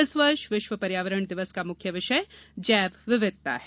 इस वर्ष विश्व पर्यावरण दिवस का मुख्य विषय जैव विविघता है